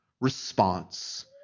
response